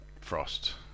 Frost